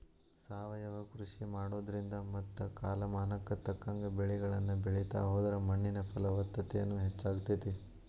ಸಾವಯವ ಕೃಷಿ ಮಾಡೋದ್ರಿಂದ ಮತ್ತ ಕಾಲಮಾನಕ್ಕ ತಕ್ಕಂಗ ಬೆಳಿಗಳನ್ನ ಬೆಳಿತಾ ಹೋದ್ರ ಮಣ್ಣಿನ ಫಲವತ್ತತೆನು ಹೆಚ್ಚಾಗ್ತೇತಿ